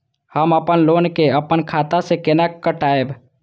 हम अपन लोन के अपन खाता से केना कटायब?